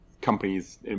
companies